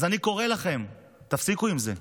אז אני קורא לכם: תפסיקו עם זה,